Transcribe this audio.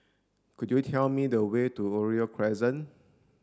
could you tell me the way to Oriole Crescent